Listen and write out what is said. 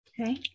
Okay